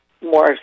more